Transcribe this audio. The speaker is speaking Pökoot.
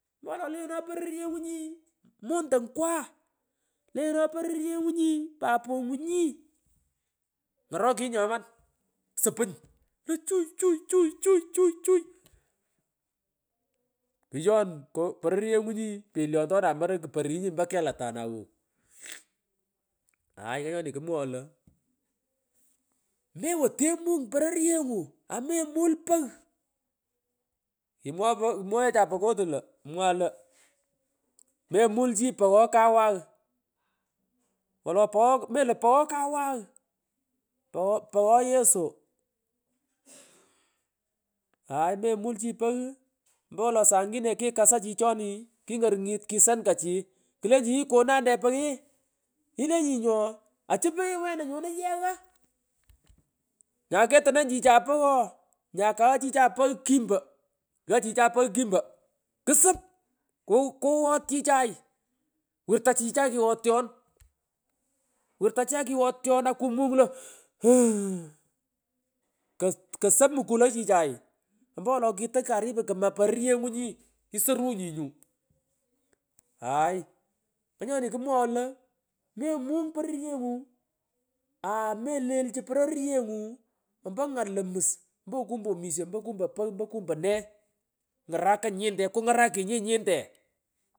Mela lenyeno porovyenyu nyi iii montongwa lenyeno poronyengunyi papongunyi lii ngorokeny nyoman soponyi klo chui chui chui chui kyor pororye nyi ni polyontonay yor keorunyi umeo kalatanay wa uuh hay nganyona kumwongoy lo mewa temung porovyengu amemu poghi kimwe kimweghecha pokotu lo mwangani lo mumuleki ghoko kawao wolo poghe mulo poghe kawaw pogho yeso hay mumuichi pogh embewelo sangine kikasa chicheni kingorungit kisori kachi klenjinyi kara nde poghe ilenyinyu ooh uchi poghe wena nyomo yegha nyakatorongi chichay pogh ooh nyakagha chichay pogh kimbo gha chichay pogh kimbo ksop akumung lo ooh kosop mkulow chichay ompowolo karich kana porovyengu nyii sii isorunye nyuuuh hay nganyona kumwongoy lo mumany porovyengu aah, melelehu poronyengu ompo ngal io mus ompo kumba anis ombo kumbe, pogh ombo kumbe nee ngaraka nyinte kungarakunyi ii nyinte.